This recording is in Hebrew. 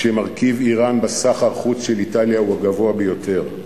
כשמרכיב אירן בסחר החוץ של איטליה הוא הגבוה ביותר.